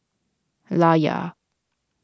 Layar